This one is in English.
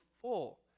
full